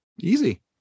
easy